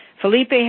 Felipe